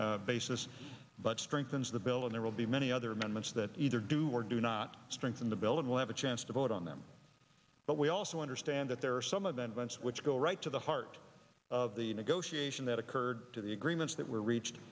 way basis but strengthens the bill and there will be many other amendments that either do or do not strengthen the bill and we'll have a chance to vote on them but we also understand that there are some of them vents which go right to the heart of the negotiation that occurred to the agreements that were reached